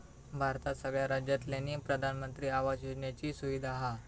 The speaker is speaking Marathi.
भारतात सगळ्या राज्यांतल्यानी प्रधानमंत्री आवास योजनेची सुविधा हा